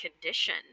condition